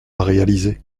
réaliser